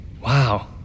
Wow